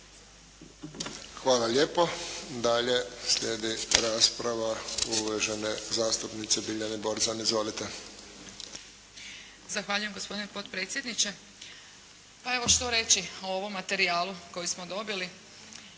Hvala lijepo. Dalje slijedi rasprava uvažene zastupnice Biljane Borzan. Izvolite. **Borzan, Biljana (SDP)** Zahvaljujem gospodine potpredsjedniče. Pa evo što reći o ovom materijalu koji smo dobili?